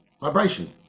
vibration